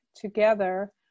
together